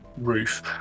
roof